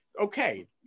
okay